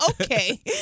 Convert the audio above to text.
okay